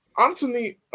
Anthony